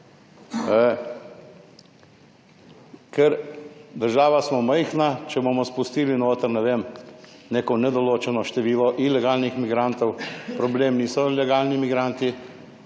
Ker država smo majhna, če bomo spustili noter, ne vem, neko nedoločeno število ilegalnih migrantov, problem niso ilegalni migranti,